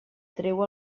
treu